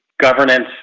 governance